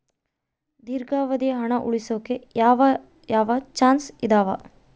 ದೇರ್ಘಾವಧಿ ಹಣ ಉಳಿಸೋಕೆ ಯಾವ ಯಾವ ಚಾಯ್ಸ್ ಇದಾವ?